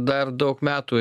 dar daug metų